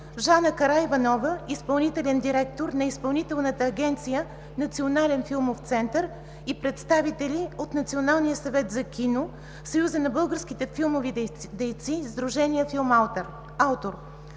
Жана Караиванова – изпълнителен директор на Изпълнителната агенция „Национален филмов център“, и представители от Националния съвет за кино, Съюза на българските филмови дейци, сдружение „Филмаутор“.